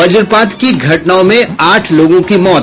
वज्रपात की घटनाओं में आठ लोगों की मौत